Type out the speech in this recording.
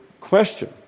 question